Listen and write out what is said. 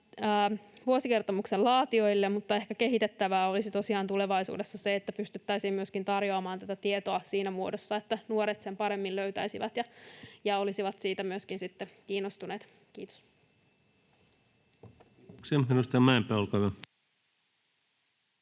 vuosikertomuksen laatijoille, mutta ehkä kehitettävää olisi tosiaan tulevaisuudessa siinä, että pystyttäisiin tarjoamaan tätä tietoa myöskin siinä muodossa, että nuoret sen paremmin löytäisivät ja olisivat siitä myöskin sitten kiinnostuneita. — Kiitos.